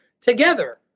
together